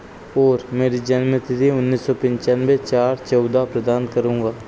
और मेरी जन्मतिथि उन्नीस सौ पंचानवे चार चौदह प्रदान करूँगा